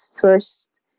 first